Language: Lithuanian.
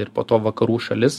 ir po to vakarų šalis